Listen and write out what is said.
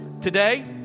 today